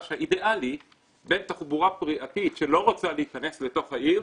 האידיאלי בין תחבורה פרטית שלא רוצה להיכנס לתוך העיר